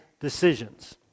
decisions